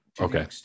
Okay